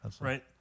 Right